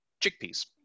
chickpeas